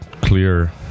clear